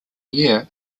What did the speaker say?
year